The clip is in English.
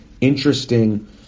interesting